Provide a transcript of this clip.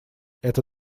это